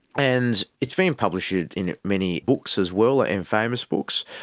and it's been published in many books as well, ah in famous books.